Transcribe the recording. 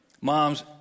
Moms